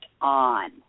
on